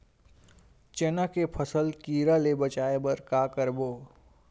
चना के फसल कीरा ले बचाय बर का करबो?